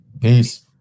Peace